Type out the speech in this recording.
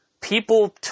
People